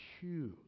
huge